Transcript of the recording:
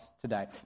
today